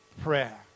prayer